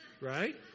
right